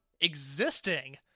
existing